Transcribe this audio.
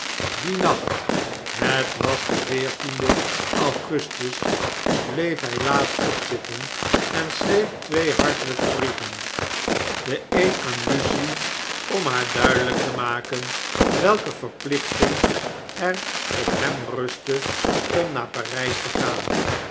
dien nacht het was de veertiende augustus bleef hij laat opzitten en schreef twee hartelijke brieven de een aan lucie omhaar duideiyk te maken welke verplichting er op hem rustte om naar parp te gaan